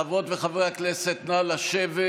חברות וחברי הכנסת, נא לשבת.